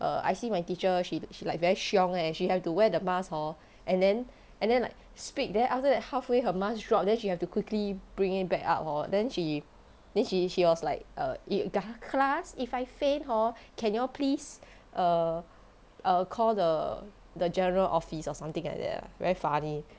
err I see my teacher she she like very 凶 leh she have to wear the mask hor and then and then like speak then after that halfway her mask drop then she have to quickly bring it back up hor then she then she she was like err ga~ class if I faint hor can you all please err err call the the general office or something like that ah very funny